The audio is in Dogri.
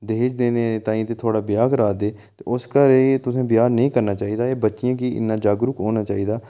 दाज देने ताईं थुआढ़ा ब्याह् करा दे ते उस घर तुसें ब्याह् नेईं करना चाहिदा एह् बच्चें ई इन्ना जागरूक होना चाहिदा